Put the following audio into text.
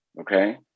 okay